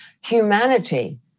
humanity